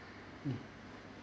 mm